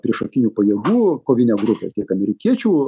priešakinių pajėgų kovinė grupė tiek amerikiečių